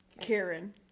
Karen